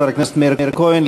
חבר הכנסת מאיר כהן,